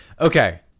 Okay